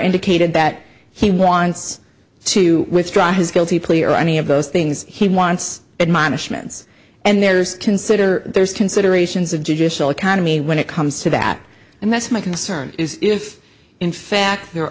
indicated that he wants to withdraw his guilty plea or any of those things he wants admonished ments and there's consider there's considerations of judicial economy when it comes to that and that's my concern is if in fact there